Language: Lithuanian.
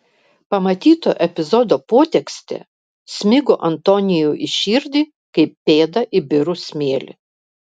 pamatyto epizodo potekstė smigo antoniui į širdį kaip pėda į birų smėlį